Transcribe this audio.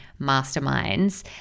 masterminds